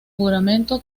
juramento